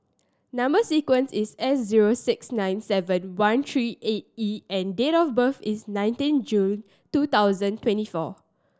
number sequence is S zero six nine seven one three eight E and date of birth is nineteen June two thousand twenty four